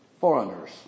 foreigners